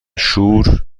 شور